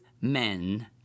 men